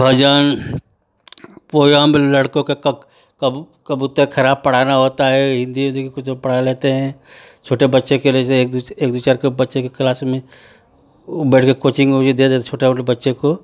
भजन poem लड़कों के कक कबूतर खराब पढ़ाना होता है हिन्दी ओंदी के कुछ हम पढ़ा लेते हें छोटे बच्चे के लिए जैसे एक द्वि से एक दू चार के बच्चे के क्लास में ऊ बैठ कर कोचिंग ओचिंग दे दे छोटा मोटा बच्चे को